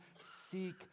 Seek